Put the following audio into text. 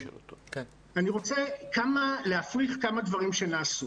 אני רוצה להפריך כמה דברים שנעשו.